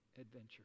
adventure